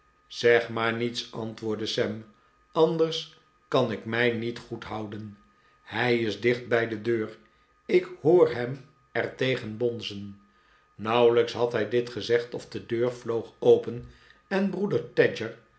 zeg maar niets antwoordde sam anders kan ik mij niet goed houden hij is dicht bij de deur ik hoor hem er tegen bonzen nauwelijks had hij dit gezegd of de deur vloog open en broeder tadger